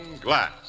glass